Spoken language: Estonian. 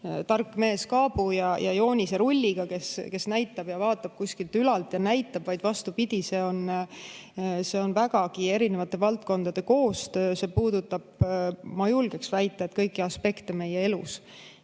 tark mees kaabu ja jooniserulliga, kes vaatab kuskilt ülalt ja näitab, vaid vastupidi, see on vägagi eri valdkondade koostöö. See puudutab, ma julgeks väita, kõiki aspekte meie elus.